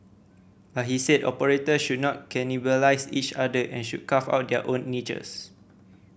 but he said operators should not cannibalise each other and should carve out their own niches